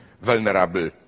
vulnerable